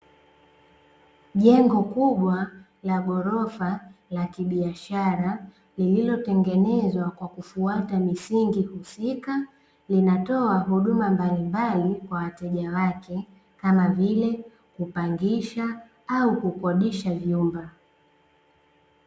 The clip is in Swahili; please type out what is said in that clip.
Jengo kubwa la ghorofa la kibiashara lililotengenezwa kwa kufuata misingi husika, linatoa huduma mbalimbali kwa wateja wake, kama vile kupangisha au kukodisha vyumba.